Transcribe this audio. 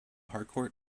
harcourt